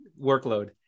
workload